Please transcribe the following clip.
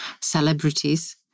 celebrities